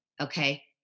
Okay